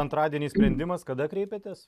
antradienį sprendimas kada kreipėtės